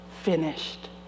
finished